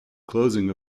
closing